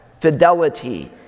fidelity